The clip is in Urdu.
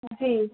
جی